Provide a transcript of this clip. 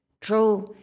True